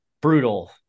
brutal